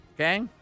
okay